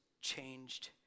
changed